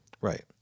Right